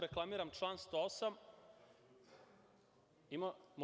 Reklamiram član 108.